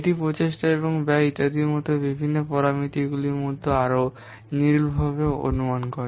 এটি প্রচেষ্টা এবং ব্যয় ইত্যাদির মতো বিভিন্ন পরামিতিগুলির আরও নির্ভুলভাবে অনুমান করে